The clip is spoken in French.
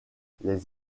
les